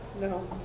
No